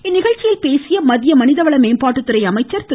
இந்நிகழ்ச்ச்யில் பேசிய மத்திய மனிதவள மேம்பாட்டுத்துறை அமைச்சர் திரு